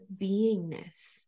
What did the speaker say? beingness